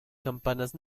campanas